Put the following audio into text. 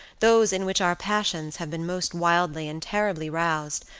those in which our passions have been most wildly and terribly roused,